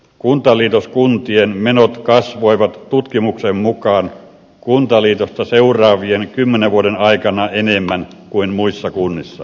kuntaliitoskuntien menot kasvoivat tutkimuksen mukaan kuntaliitosta seuraavien kymmenen vuoden aikana enemmän kuin muissa kunnissa